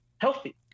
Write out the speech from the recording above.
healthy